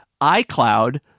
iCloud